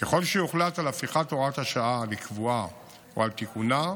ככל שיוחלט על הפיכת הוראת השעה לקבועה או על תיקונה,